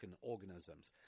organisms